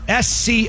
SC